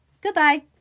Goodbye